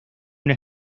una